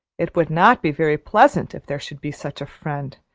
it would not be very pleasant if there should be such a friend,